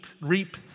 reap